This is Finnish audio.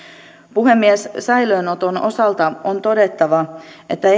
puhemies säilöönoton osalta on todettava että